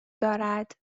دارد